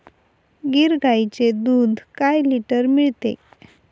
गीर गाईचे दूध काय लिटर मिळते?